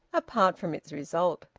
apart from its result,